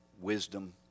wisdom